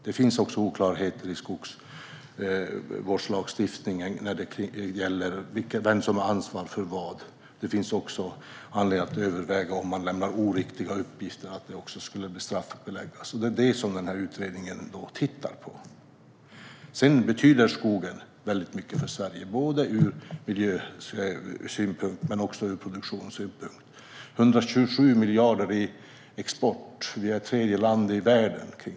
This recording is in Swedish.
Det finns oklarheter i skogsvårdslagstiftningen när det gäller vem som har ansvar för vad. Det finns också anledning att överväga om det ska straffbeläggas att lämna oriktiga uppgifter. Det är sådant som den här utredningen tittar på. Skogen betyder väldigt mycket för Sverige, både ur miljösynpunkt och ur produktionssynpunkt. Med 127 miljarder i exportvärde är vi på tredje plats i världen.